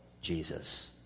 Jesus